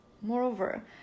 Moreover